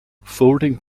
folding